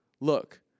Look